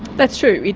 that's true.